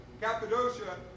Cappadocia